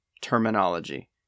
terminology